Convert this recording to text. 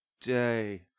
day